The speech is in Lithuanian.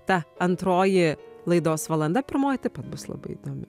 ta antroji laidos valanda pirmoji taip pat bus labai įdomi